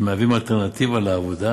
מהווים אלטרנטיבה לעבודה